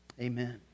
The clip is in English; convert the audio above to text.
amen